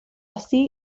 así